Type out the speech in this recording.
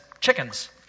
chickens